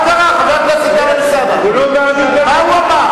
קוראן, זה לא רק, מה הוא אמר?